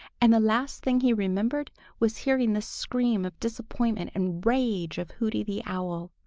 and the last thing he remembered was hearing the scream of disappointment and rage of hooty the owl.